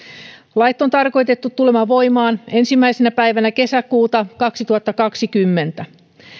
lait on tarkoitettu tulemaan voimaan ensimmäisenä päivänä kesäkuuta kaksituhattakaksikymmentä